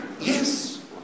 Yes